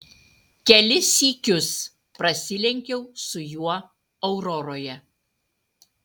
kelis sykius prasilenkiau su juo auroroje